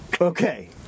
Okay